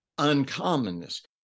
uncommonness